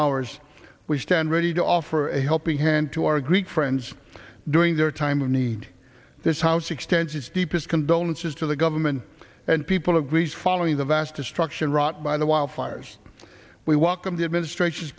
hours we stand ready to offer a helping hand to our greek friends during their time of need this house extends its deepest condolences to the government and people of greece following the vast destruction wrought by the wildfires we welcome the administration's